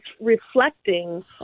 reflecting